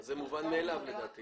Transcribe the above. לדעתי זה מובן מאליו.